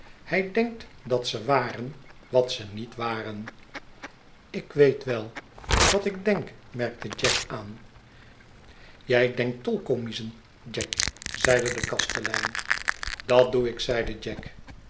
hij denkt dat ze waren wat ze niet waren ik weet wel wat ik denk merkte jack aan jij denkt tolkommiezen jack zeide de kastelein dat doe ik zeide jack